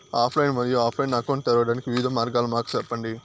Online మరియు offline account తెరవడానికి వివిధ మార్గాలు మాకు సెప్పండి?